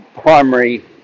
primary